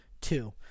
two